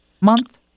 month